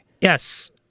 Yes